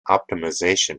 optimization